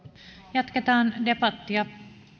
jatketaan debattia